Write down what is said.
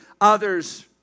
others